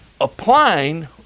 applying